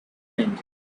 wind